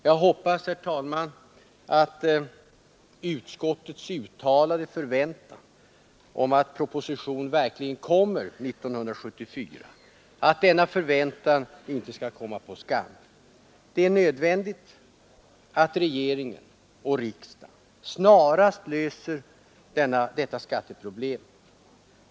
Jag hoppas, herr talman, att utskottets uttalade förväntan att proposition verkligen skall läggas fram 1974 inte kommer på skam.